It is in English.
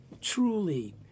truly